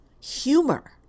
Humor